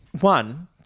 One